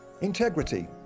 Integrity